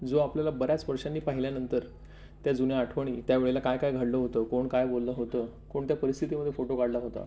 जो आपल्याला बऱ्याच वर्षांनी पाहिल्यानंतर त्या जुन्या आठवणी त्यावेळेला काय काय घडलं होतं कोण काय बोललं होतं कोणत्या परिस्थितीमध्ये फोटो काढला होता